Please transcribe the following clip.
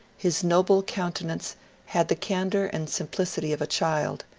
his noble countenance had the can dour and simplicity of a child,